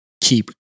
keep